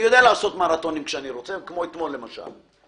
אני יודע לעשות מרתון כשאני רוצה, כמו אתמול למשל.